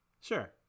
Sure